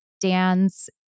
Dan's